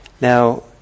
Now